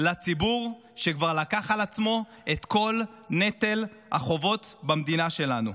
לציבור שכבר לקח על עצמו את כל נטל החובות במדינה שלנו.